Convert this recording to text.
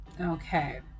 Okay